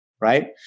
right